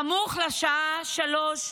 סמוך לשעה 15:00,